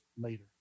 later